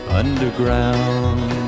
underground